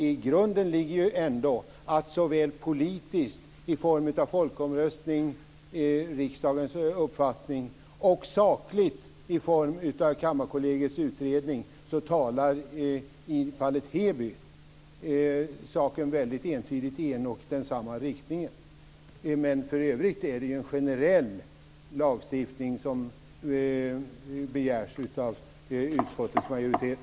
I grunden ligger ändå att såväl politiskt i form om en folkomröstning och riksdagens uppfattning som sakligt i form av Kammarkollegiets utredning talar i fallet Heby saken väldigt entydigt i en och samma riktning. För övrigt är det en generell lagstiftning som begärs av utskottets majoritet.